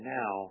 now